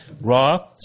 Raw